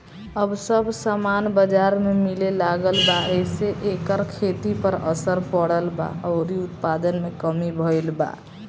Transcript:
अब सब सामान बजार में मिले लागल बा एसे एकर खेती पर असर पड़ल बा अउरी उत्पादन में कमी भईल बा